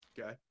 okay